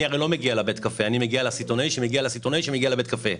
אני מגיע לסיטונאי שמגיע לסיטונאי שמגיע לבית הקפה.